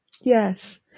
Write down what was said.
Yes